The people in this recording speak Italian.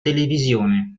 televisione